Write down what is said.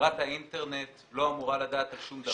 חברת האינטרנט לא אמורה לדעת על שום דבר.